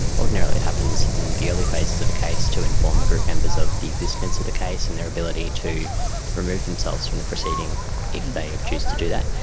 and ordinarily it happens in the early phases of a case to inform the group members of the existence of the case and their ability to remove themselves from the proceeding if they choose to do that.